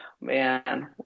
man